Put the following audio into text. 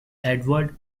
edward